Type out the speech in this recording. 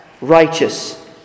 righteous